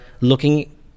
looking